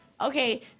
Okay